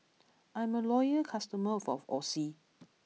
I'm a loyal customer of Oxy